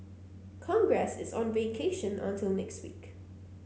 congress is on vacation until next week